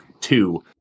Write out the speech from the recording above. two